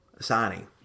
signing